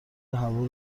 هوا